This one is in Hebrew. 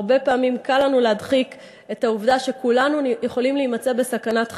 הרבה פעמים קל לנו להדחיק את העובדה שכולנו יכולים להימצא בסכנת חיים.